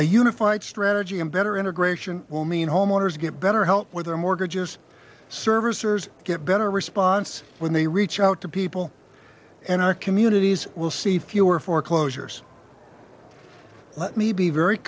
a unified strategy a better integration will mean homeowners get better help with their mortgages servicers get better response when they reach out to people and our communities will see fewer foreclosures let me be very